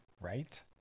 right